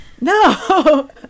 no